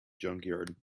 junkyard